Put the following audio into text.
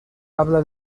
habla